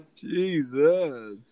Jesus